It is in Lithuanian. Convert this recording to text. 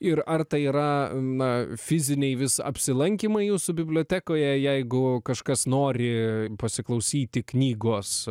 ir ar tai yra na fiziniai vis apsilankymai jūsų bibliotekoje jeigu kažkas nori pasiklausyti knygos